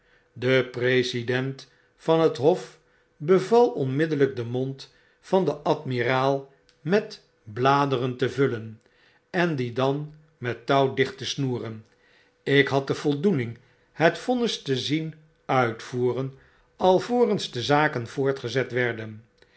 de president van het hof beval onmiddellyk den mond van den admiraal met bladeren te vullen en dien dan met touw dicht te srioeren ik had de voldoening het vonnis te zien uitvoeren alvorens de zaken voortgezet werden